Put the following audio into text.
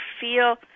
feel